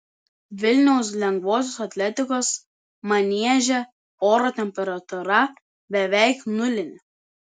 vilniaus lengvosios atletikos manieže oro temperatūra beveik nulinė